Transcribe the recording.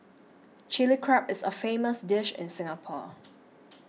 Chilli Crab is a famous dish in Singapore